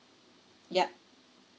yup